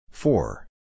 Four